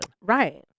right